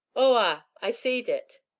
oh, ah! i seed it,